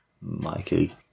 Mikey